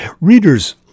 Readers